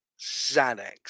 Xanax